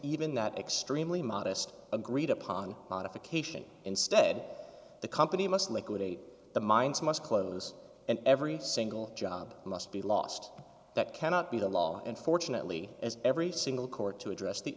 even that extremely modest agreed upon modification instead the company must liquidate the mines must close and every single job must be lost that cannot be the law unfortunately as every single court to address the